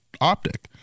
optic